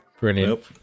Brilliant